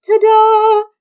Ta-da